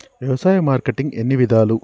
వ్యవసాయ మార్కెటింగ్ ఎన్ని విధాలు?